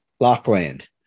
Lockland